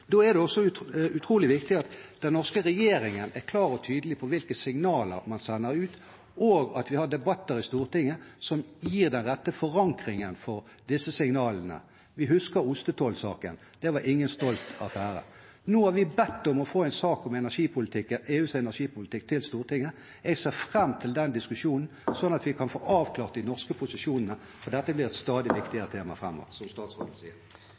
Da er det også utrolig viktig at den norske regjeringen er klar og tydelig på hvilke signaler man sender ut, og at vi har debatter i Stortinget som gir den rette forankringen for disse signalene. Vi husker ostetollsaken, det var ingen stolt affære. Nå har vi bedt om å få en sak om EUs energipolitikk til Stortinget. Jeg ser fram til den diskusjonen, slik at vi kan få avklart de norske posisjonene, for dette blir et stadig viktigere tema framover, som statsråden sier.